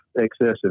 excessive